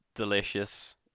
delicious